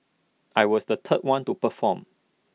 I was the third one to perform